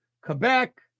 Quebec